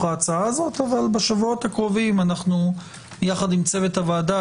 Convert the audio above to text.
ההצעה הזאת אבל בשבועות הקרובים יחד עם צוות הוועדה,